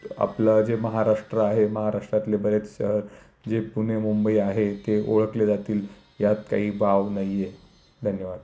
आपलं जे महाराष्ट्र आहे महाराष्ट्रातले बरेच जे पुणे मुंबई आहे ते ओळखले जातील यात काही भाव नाही आहे धन्यवाद